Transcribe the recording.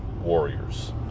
warriors